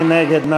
מי נגד?